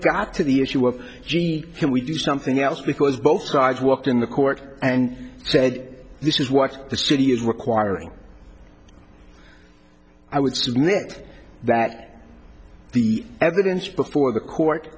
got to the issue of gee can we do something else because both sides walked in the court and said this is what the city is requiring i would submit that the evidence before the court